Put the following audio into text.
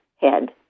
head